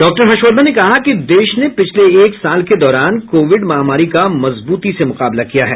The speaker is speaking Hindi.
डॉक्टर हर्षवर्धन ने कहा है कि देश ने पिछले एक साल के दौरान कोविड महामारी का मजबूती से मुकाबला किया है